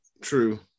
true